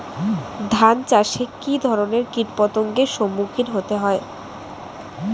ধান চাষে কী ধরনের কীট পতঙ্গের সম্মুখীন হতে হয়?